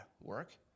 work